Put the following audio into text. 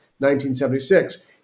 1976